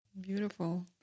Beautiful